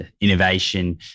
innovation